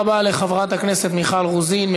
תודה רבה לחברת הכנסת מיכל רוזין.